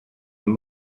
and